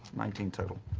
nineteen total.